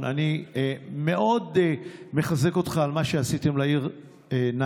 אני מאוד מחזק אותך על מה שעשיתם לעיר נהריה.